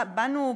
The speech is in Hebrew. באנו,